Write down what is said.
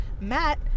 Matt